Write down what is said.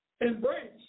Embrace